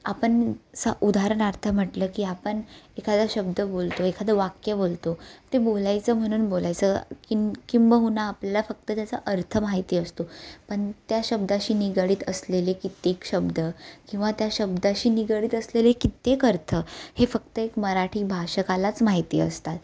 आपण असं उदाहरणार्थ म्हटलं की आपण एखादा शब्द बोलतो एखादं वाक्य बोलतो ते बोलायचं म्हणून बोलायचं किं किंबहुना आपल्याला फक्त त्याचा अर्थ माहिती असतो पण त्या शब्दाशी निगडित असलेले कित्येक शब्द किंवा त्या शब्दाशी निगडित असलेले कित्येक अर्थ हे फक्त एक मराठी भाषकालाच माहिती असतात